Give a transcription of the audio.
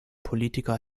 politiker